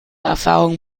erfahrung